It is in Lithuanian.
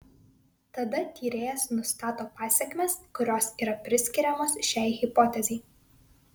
tada tyrėjas nustato pasekmes kurios yra priskiriamos šiai hipotezei